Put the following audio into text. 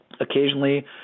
occasionally